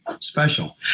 special